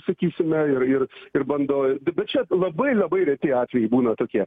sakysime ir ir ir bando bet čia labai labai reti atvejai būna tokie